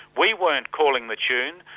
we weren't calling the tune,